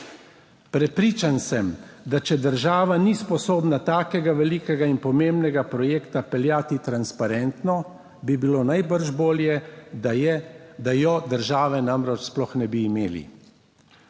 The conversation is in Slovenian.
Prepričan sem, da če država ni sposobna takega velikega in pomembnega projekta peljati transparentno, bi bilo najbrž bolje, da je, da jo, države namreč, sploh ne bi imeli.